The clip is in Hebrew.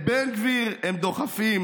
/ את בן גביר הם דוחפים.